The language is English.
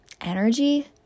energy